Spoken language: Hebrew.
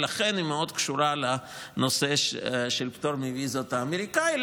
ולכן היא מאוד קשורה לנושא של הפטור האמריקאי מוויזות,